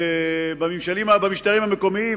במשטרים המקומיים,